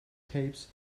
tapes